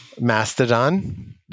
Mastodon